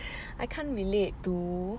I can't relate to